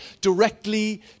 directly